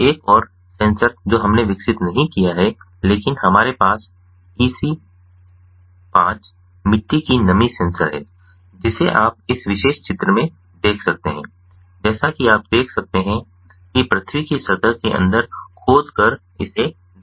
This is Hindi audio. तो एक और सेंसर जो हमने विकसित नहीं किया है लेकिन हमारे पास ईसी 05 मिट्टी की नमी सेंसर है जिसे आप इस विशेष चित्र में देख सकते हैं जैसा कि आप देख सकते हैं कि पृथ्वी कि सतह के अंदर खोद कर इसे डाल दिया गया है